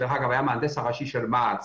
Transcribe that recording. שהיה המהנדס הראשי של מ.ע.צ